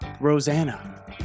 Rosanna